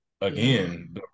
again